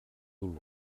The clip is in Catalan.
dolor